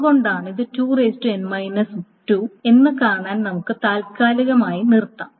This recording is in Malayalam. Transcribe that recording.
എന്തുകൊണ്ടാണ് ഇത് 2n 2 എന്ന് കാണാൻ നമുക്ക് താൽക്കാലികമായി നിർത്താം